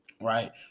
right